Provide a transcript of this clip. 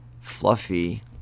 fluffy